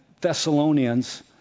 Thessalonians